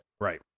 right